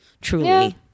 truly